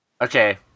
Okay